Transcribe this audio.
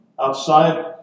outside